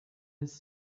its